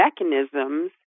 mechanisms